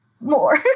more